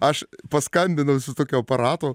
aš paskambinau su tokiu aparatu